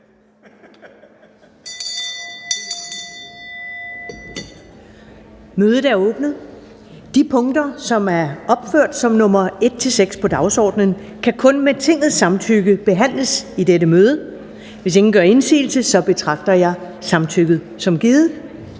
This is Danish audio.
Ellemann): De punkter, som er opført som nr. 1-6 på dagsordenen, kan kun med Tingets samtykke behandles i dette møde. Hvis ingen gør indsigelse, betragter jeg samtykket som givet.